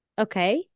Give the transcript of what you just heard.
Okay